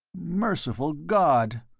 merciful god!